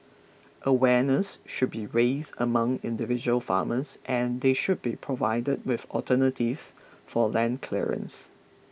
awareness should be raised among individual farmers and they should be provided with alternatives for land clearance